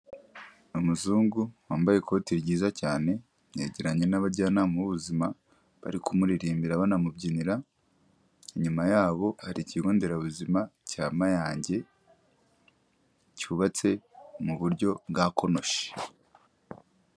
Umuzungu wambaye ikoti ryiza cyane, yegeranye n'abajyanama b'ubuzima, bari kumuririmbira banamubyinira, inyuma yabo hari ikigo nderabuzima cya Mayange, cyubatse mu buryo bwa konoshi.